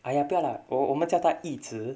!aiya! 不要 lah 我们叫他一支